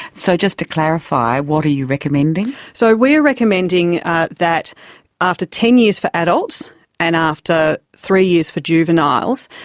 so, just to clarify, what are you recommending? so we are recommending that after ten years for adults and after three years for juveniles,